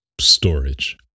storage